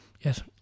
Yes